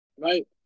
right